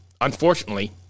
Unfortunately